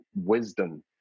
wisdom